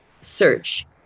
search